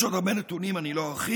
יש עוד הרבה נתונים, אני לא ארחיב.